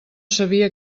sabia